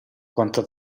quanta